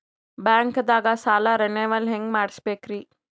ಬ್ಯಾಂಕ್ದಾಗ ಸಾಲ ರೇನೆವಲ್ ಹೆಂಗ್ ಮಾಡ್ಸಬೇಕರಿ?